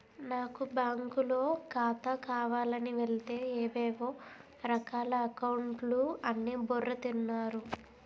నాకు బాంకులో ఖాతా కావాలని వెలితే ఏవేవో రకాల అకౌంట్లు అని బుర్ర తిన్నారు